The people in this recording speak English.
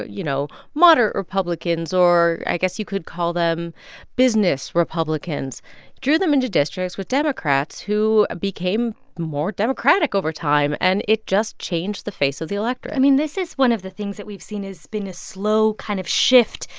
ah you know, moderate republicans or i guess you could call them business republicans drew them into districts with democrats who became more democratic over time. and it just changed the face of the electorate i mean, this is one of the things that we've seen has been a slow kind of shift,